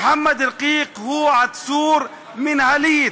מוחמד אלקיק הוא עצור מינהלי.